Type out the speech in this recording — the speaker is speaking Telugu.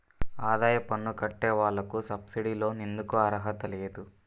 ఆదాయ పన్ను కట్టే వాళ్లకు సబ్సిడీ లోన్ ఎందుకు అర్హత లేదు?